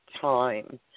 time